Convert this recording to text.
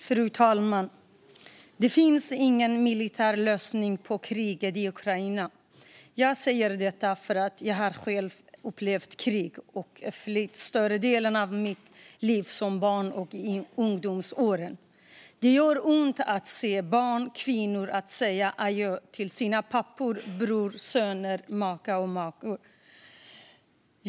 Fru talman! Det finns ingen militär lösning på kriget i Ukraina. Jag säger detta eftersom jag själv har upplevt krig och flykt under större delen av mitt liv som barn och i ungdomsåren. Det gör ont att se barn och kvinnor säga adjö till sina pappor, bröder, söner och makar.